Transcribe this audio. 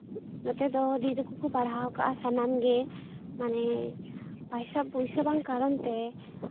ᱱᱚᱛᱮ ᱫᱚ ᱫᱤᱫᱤ ᱛᱟᱠᱚ ᱠᱚ ᱯᱟᱲᱦᱟᱣ ᱠᱟᱜᱼᱟ ᱥᱟᱱᱟᱢ ᱜᱮ ᱢᱟᱱᱮ ᱯᱚᱭᱥᱟ ᱵᱟᱝ ᱠᱟᱨᱚᱱ ᱛᱮ